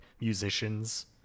musicians